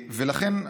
ולכן,